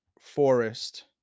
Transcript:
forest